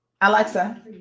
Alexa